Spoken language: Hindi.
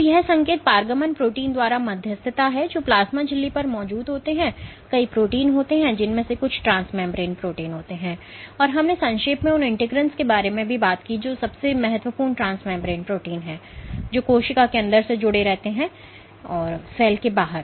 तो यह संकेत पारगमन प्रोटीन द्वारा मध्यस्थता है जो प्लाज्मा झिल्ली पर मौजूद होते हैं कई प्रोटीन होते हैं जिनमें से कुछ ट्रांसमिम्ब्रेन प्रोटीन होते हैं और हमने संक्षेप में उन इंटीग्रेंस के बारे में बात की जो सबसे महत्वपूर्ण ट्रांसमेंब्रेन प्रोटीन हैं जो कोशिका के अंदर से जुड़ते हैं सेल के बाहर